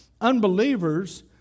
unbelievers